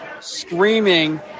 screaming